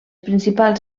principals